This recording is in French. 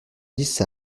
dix